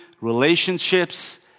relationships